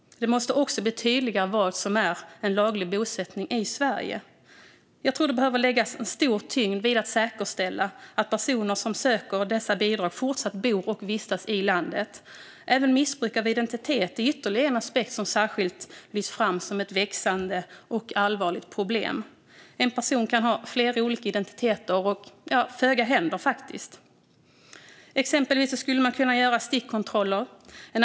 Det måste också bli tydligare vad som är en laglig bosättning i Sverige. Jag tror att det behöver läggas en stor tyngd vid att säkerställa att personer som söker dessa bidrag fortsatt bor och vistas i landet. Missbruk av identitet är ytterligare en aspekt som särskilt lyfts fram som ett växande och allvarligt problem. En person kan ha flera olika identiteter, men föga händer. Exempelvis skulle man kunna göra stickkontroller.